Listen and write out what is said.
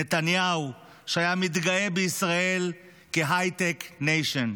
נתניהו שהיה מתגאה בישראל כהייטק ניישן.